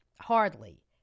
Hardly